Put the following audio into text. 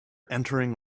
entering